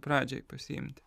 pradžiai pasiimti